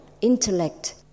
intellect